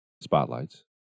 Spotlights